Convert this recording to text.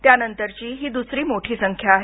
त्यानंतरची ही द्सरी मोठी संख्या आहे